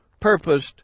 purposed